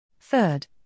Third